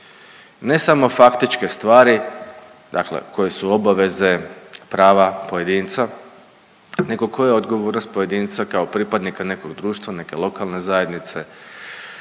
Ne samo faktičke stvari, dakle koje su obaveze, prava pojedinca, nego koja je odgovornost pojedinca kao pripadnika nekog društva, neke lokalne zajednice.